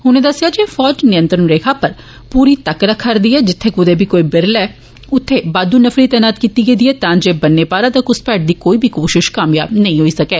उनें दस्सेआ जे फौज नियंत्रण रेखा पर पूरी तक्क रखै करदी ऐ जित्थे कुदरै बी कोई बिरल ऐ ही उत्थे बाददू नफरी तैनात कीती गेदी ऐ तां जे पारै दा घुसपैठ दी कोई बी कोष्त कामयाब नेंई होई सकै